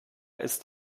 ist